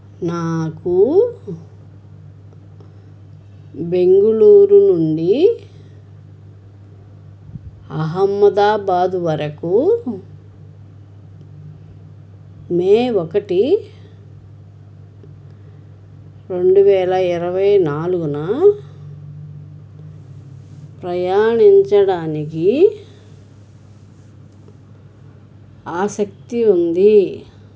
నాకు బెంగుళూరు నుండి అహ్మదాబాదు వరకు మే ఒకటి రెండు వేల ఇరవై నాలుగున ప్రయాణించడానికి ఆసక్తి ఉంది